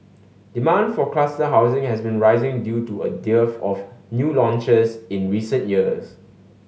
demand for cluster housing has been rising due to a dearth of new launches in recent years